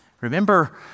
Remember